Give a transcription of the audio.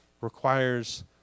requires